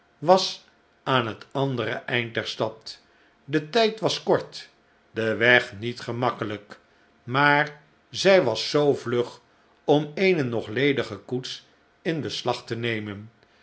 was aan het andere eind der stad de tijd was kort de weg met gemakkelijk maar zij was zoo vlug om eene nog ledige koets in beslag te nemen